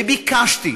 וביקשתי,